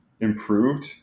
improved